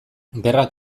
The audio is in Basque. gerrak